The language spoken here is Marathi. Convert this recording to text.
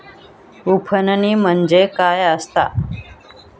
उफणणी म्हणजे काय असतां?